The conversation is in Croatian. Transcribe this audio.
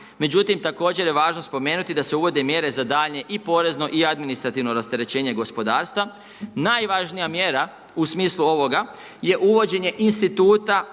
Međutim, također je važno spomenuti da se uvode mjere za daljnje i porezno i administrativno rasterećenje gospodarstva. Najvažnija mjera u smislu ovoga je uvođenje instituta